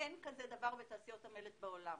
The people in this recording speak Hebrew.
אין כזה דבר בתעשיות המלט בעולם.